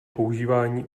používání